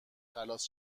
خلاص